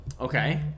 Okay